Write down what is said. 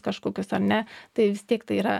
kažkokius ar ne tai vis tiek tai yra